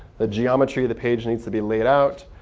the geometry of the page needs to be laid out.